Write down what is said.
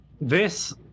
This-